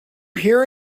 hear